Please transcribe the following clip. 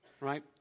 Right